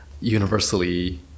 Universally